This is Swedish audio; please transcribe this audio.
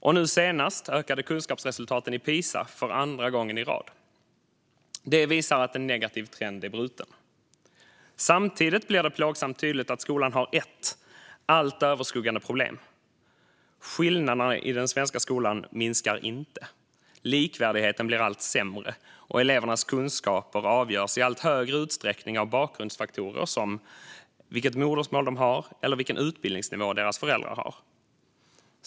Och nu senast ökade kunskapsresultaten i PISA för andra gången i rad. Det visar att en negativ trend är bruten. Samtidigt blir det plågsamt tydligt att skolan har ett allt överskuggande problem. Skillnaderna i den svenska skolan minskar inte. Likvärdigheten blir allt sämre, och elevernas kunskaper avgörs i allt högre utsträckning av bakgrundsfaktorer som vilket modersmål de har eller vilken utbildningsnivå deras föräldrar har.